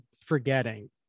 forgetting